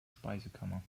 speisekammer